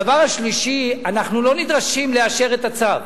הדבר השלישי, אנחנו לא נדרשים לאשר את הצו,